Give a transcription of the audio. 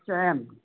અચ્છા એમ